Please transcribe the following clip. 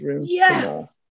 yes